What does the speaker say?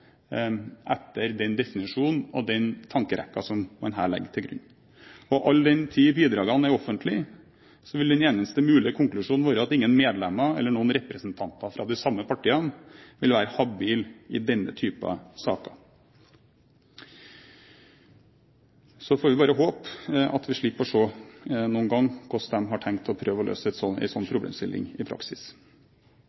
etter den definisjonen og den tankerekken som man her legger til grunn. Og all den tid bidragene er offentlige, vil den eneste mulige konklusjonen være at ingen medlemmer eller noen representanter fra de samme partiene vil være habile i denne typen saker. Så får vi bare håpe at vi noen gang slipper å se hvordan de har tenkt å prøve å løse